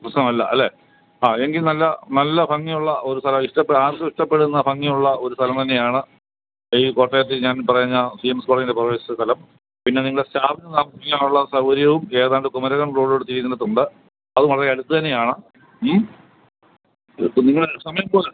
പ്രശ്നമല്ല അല്ലേ ആ എങ്കിൽ നല്ല നല്ല ഭംഗിയുള്ള ഒരു സ്ഥലം ആര്ക്കും ഇഷ്ടപ്പെടുന്ന നല്ല ഭംഗിയുള്ള ഒരു സ്ഥലം തന്നെയാണ് ഈ കോട്ടയത്ത് ഞാൻ പറഞ്ഞ സി എം എസ് കോളേജിൻ്റെ പുറകുവശത്തെ സ്ഥലം പിന്നെ നിങ്ങളുടെ സ്റ്റാഫിന് താമസിക്കാനുള്ള സൗകര്യവും ഏതാണ്ട് കുമരകം റോഡിലേക്ക് തിരിയുന്നിടത്തുണ്ട് അതും വളരെ അടുത്തുതന്നെയാണ് ഉം നിങ്ങള് സമയം പോലെ